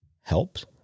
helps